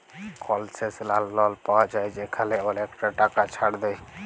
কলসেশলাল লল পাউয়া যায় যেখালে অলেকটা টাকা ছাড় দেয়